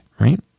Right